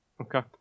Okay